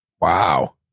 Wow